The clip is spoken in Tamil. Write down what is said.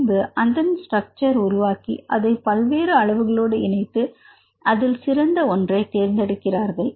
பின்பு அதன் ஸ்ட்ரக்சர் உருவாக்கி அதை பல்வேறு அளவுகளோடு இணைத்து பின்பு அதில் சிறந்த ஒன்றை தேர்ந்தெடுக்கிறார்கள்